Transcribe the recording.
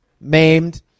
maimed